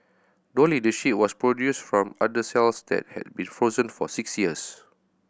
Dolly the sheep was produced from udder cells that had been frozen for six years